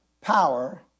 power